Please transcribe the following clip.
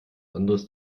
anderes